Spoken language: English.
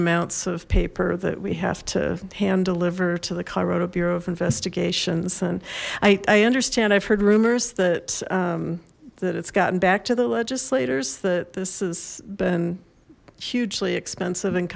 amounts of paper that we have to hand deliver to the colorado bureau of investigations and i understand i've heard rumors that that it's gotten back to the legislators that this has been hugely expensive and